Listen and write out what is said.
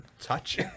touch